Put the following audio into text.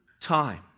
time